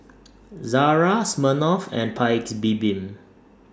Zara Smirnoff and Paik's Bibim